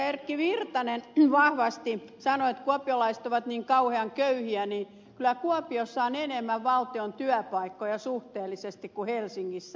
erkki virtanen vahvasti sanoi että kuopiolaiset ovat niin kauhean köyhiä niin kyllä kuopiossa on enemmän valtion työpaikkoja suhteellisesti kuin helsingissä